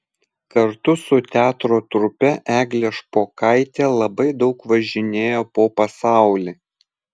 kartu su teatro trupe eglė špokaitė labai daug važinėjo po pasaulį